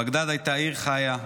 בגדאד הייתה עיר חיה,